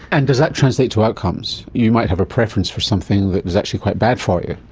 and does that translate to outcomes? you might have a preference for something that was actually quite bad for you.